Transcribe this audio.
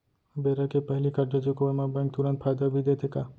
बेरा के पहिली करजा चुकोय म बैंक तुरंत फायदा भी देथे का?